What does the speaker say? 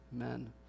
Amen